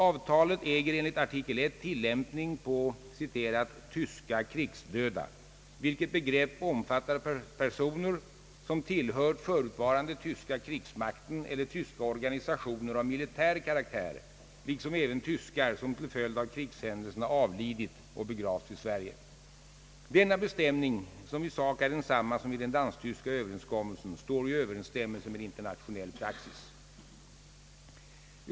Avtalet äger enligt artikel 1 tillämpning på »tyska krigsdöda» vilket begrepp omfattar personer, som tillhört förutvarande tyska krigsmakten eller tyska organisationer av militär karaktär liksom även tyskar som till följd av krigshändelserna avlidit och begravts i Sverige. Denna bestämning, som i sak är densamma som i den dansk-tyska överenskommelsen, står i överensstämmelse med internationell praxis.